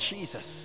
Jesus